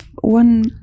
one